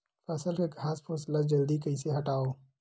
फसल के घासफुस ल जल्दी कइसे हटाव?